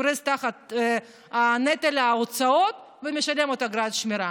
קורס תחת נטל ההוצאות ומשלם עוד אגרת שמירה.